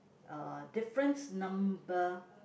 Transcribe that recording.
uh difference number